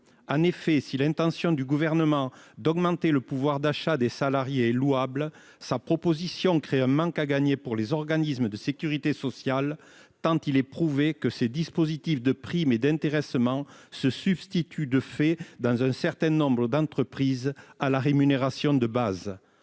de loi. Si l'intention du Gouvernement d'augmenter le pouvoir d'achat des salariés est louable, sa proposition crée un manque à gagner pour les organismes de sécurité sociale tant il est prouvé que ces dispositifs de prime et d'intéressement se substituent, de fait, dans un certain nombre d'entreprises, à la rémunération de base.